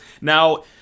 Now